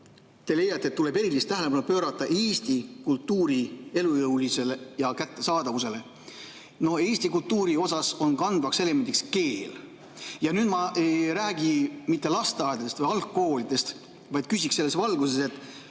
te leiate, et tuleb erilist tähelepanu pöörata eesti kultuuri elujõulisusele ja kättesaadavusele. Eesti kultuuri puhul on kandvaks elemendiks keel. Ja nüüd ma ei räägi mitte lasteaedadest või algkoolidest, vaid küsiksin selles valguses: